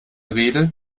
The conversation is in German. rede